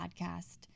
Podcast